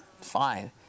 fine